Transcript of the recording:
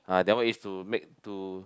ah that one is to make to